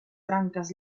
branques